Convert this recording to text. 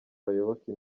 bayoboke